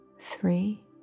three